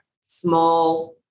small